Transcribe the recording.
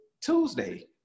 Tuesday